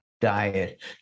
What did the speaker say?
diet